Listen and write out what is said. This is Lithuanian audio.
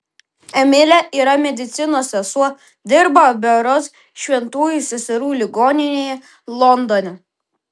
emilė yra medicinos sesuo dirba berods šventųjų seserų ligoninėje londone